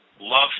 love